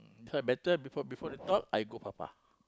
hmm better before before they talk I go far far